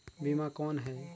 बीमा कौन है?